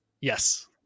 yes